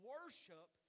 Worship